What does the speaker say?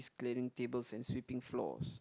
clearing tables and sweeping floors